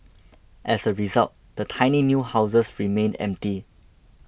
as a result the tiny new houses remained empty